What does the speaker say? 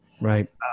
Right